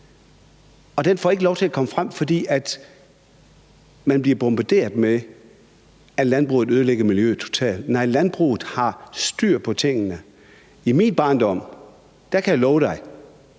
Den får ikke lov til at komme frem, fordi man bliver bombarderet med, at landbruget ødelægger miljøet totalt. Nej, landbruget har styr på tingene. I min barndom, kan jeg love den